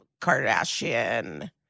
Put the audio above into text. Kardashian